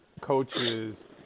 coaches